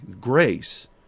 grace